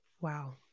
Wow